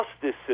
justice